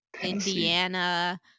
Indiana